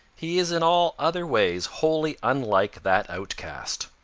he is in all other ways wholly unlike that outcast.